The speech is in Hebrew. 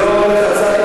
זה לא ראוי לך,